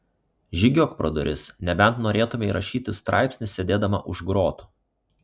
žygiuok pro duris nebent norėtumei rašyti straipsnį sėdėdama už grotų